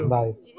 nice